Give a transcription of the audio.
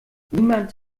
niemand